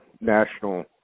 national